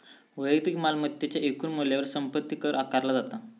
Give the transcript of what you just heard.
वैयक्तिक मालमत्तेच्या एकूण मूल्यावर संपत्ती कर आकारला जाता